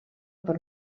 per